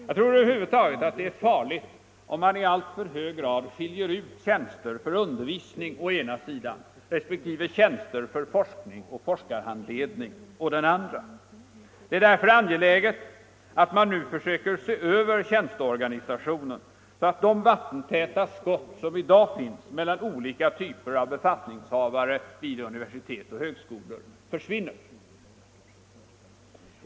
Jag tror över huvud taget att det är farligt om man i alltför hög grad skiljer ut tjänster för undervisning å ena sidan och tjänster för forskning och forskarhandledning å andra sidan. Det är därför angeläget att man försöker se över tjänsteorganisationen så att de vattentäta skott som i dag finns mellan olika typer av befattningshavare vid universitet och högskolor försvinner.